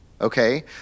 Okay